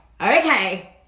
okay